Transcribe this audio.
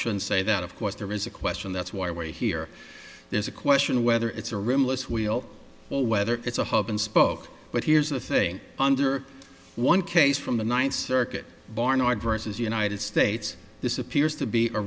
should say that of course there is a question that's why we hear there's a question of whether it's a room less wheel or whether it's a hub and spoke but here's the thing under one case from the ninth circuit barnard versus united states this appears to be a